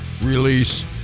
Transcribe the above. release